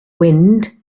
wind